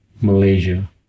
Malaysia